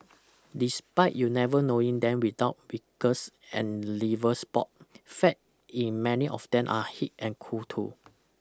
despite you never knowing them without wrinkles and liver spot fact in many of them are hip and cool too